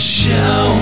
show